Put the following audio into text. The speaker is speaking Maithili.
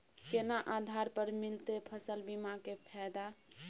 केना आधार पर मिलतै फसल बीमा के फैदा?